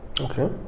Okay